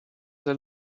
sehr